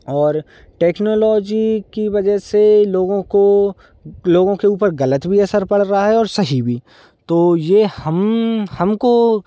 और टेक्नोलॉजी की वजह से लोगों को लोगों के ऊपर गलत भी असर पड़ रहा है और सही भी तो ये हम हमको